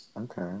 Okay